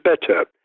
better